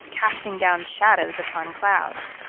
casting down shadows upon clouds.